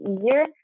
easier